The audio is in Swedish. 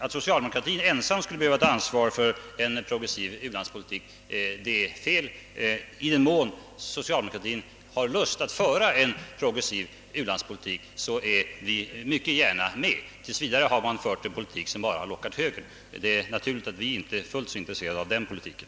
Att socialdemokratin ensam skulle behöva ta ansvaret för en progressiv u-landspolitik är fel. I den mån socialdemokratin har lust att föra en progressiv u-landspolitik är vi mycket gärna med. Tills vidare har man fört en politik som bara har lockat högern, och det är naturligt att vi inte är fullt så intresserade av den politiken.